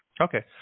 Okay